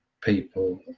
people